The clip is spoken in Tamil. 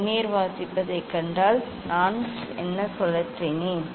வெர்னியர் வாசிப்பதைக் கண்டால் நான் என்ன சுழற்றினேன்